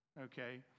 okay